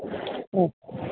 ഉം